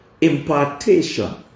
impartation